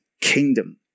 kingdom